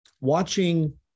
watching